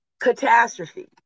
catastrophe